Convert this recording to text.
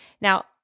Now